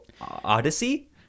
Odyssey